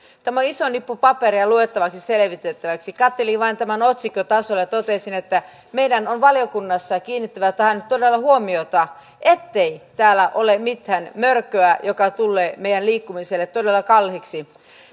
tämä on iso nippu paperia luettavaksi ja selvitettäväksi katselin vain tämän otsikkotasolla ja totesin että meidän on valiokunnassa kiinnitettävä tähän todella huomiota ettei täällä ole mitään mörköä joka tulee meidän liikkumisellemme todella kalliiksi